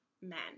men